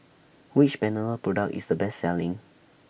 Which Panadol Product IS The Best Selling